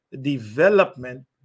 development